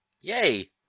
Yay